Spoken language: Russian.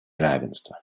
равенства